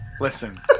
listen